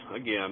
again